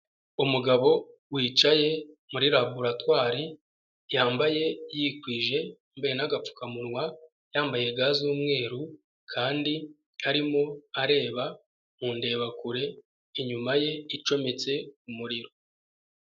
Umugabo wicaye muri laboratoire ,yambaye yikwije yambaye n'agapfukamunwa ,yambaye ga z'umweru kandi arimo areba mundebakure, inyuma ye icometse umuriro.